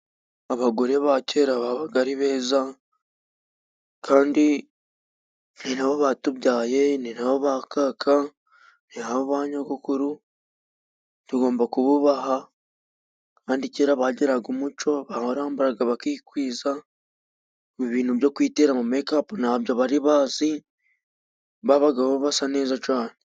abagore ba kera babaga ari beza kandi ni na bo batubyaye, ni na bo bakaka, ni na bo ba nyogokuru. Tugomba kububaha. Kandi kera bagiraga umuco barambaraga bakikwiza, ibi bintu byo kwitera mekapu nta byo bari bazi, babagaho basa neza cyane.